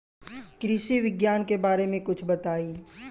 कृषि विज्ञान के बारे में कुछ बताई